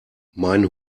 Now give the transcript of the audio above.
mein